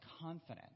confident